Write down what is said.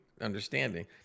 understanding